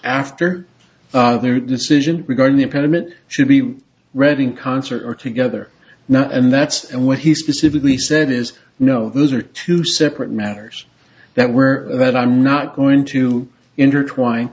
after their decision regarding the impediment should be reading concert together now and that's what he specifically said is no those are two separate matters that we're that i'm not going to intertwine